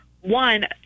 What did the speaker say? One